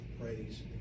praise